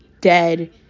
dead